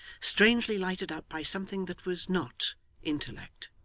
strangely lighted up by something that was not intellect.